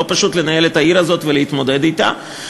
לא פשוט לנהל את העיר הזאת ולהתמודד אתה,